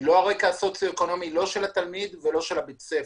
לא הרקע הסוציואקונומי לא של התלמיד ולא של בית הספר.